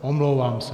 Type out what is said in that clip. Omlouvám se.